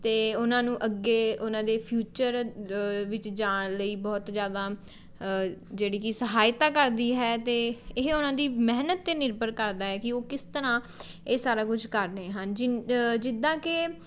ਅਤੇ ਉਨ੍ਹਾਂ ਨੂੰ ਅੱਗੇ ਉਨ੍ਹਾਂ ਦੇ ਫਿਊਚਰ ਜ ਵਿੱਚ ਜਾਣ ਲਈ ਬਹੁਤ ਜ਼ਿਆਦਾ ਜਿਹੜੀ ਕਿ ਸਹਾਇਤਾ ਕਰਦੀ ਹੈ ਅਤੇ ਇਹ ਉਨ੍ਹਾਂ ਦੀ ਮਿਹਨਤ 'ਤੇ ਨਿਰਭਰ ਕਰਦਾ ਹੈ ਕਿ ਉਹ ਕਿਸ ਤਰ੍ਹਾਂ ਇਹ ਸਾਰਾ ਕੁਝ ਕਰਦੇ ਹਨ ਜਿਨ ਜਿੱਦਾਂ ਕਿ